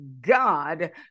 God